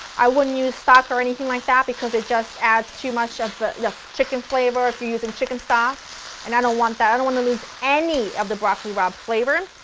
i wouldn't use stock or anything like that because it does add too much of the the chicken flavor if you're using chicken stock and i don't want that, i don't want to lose any of the broccoli rabe flavor.